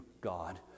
God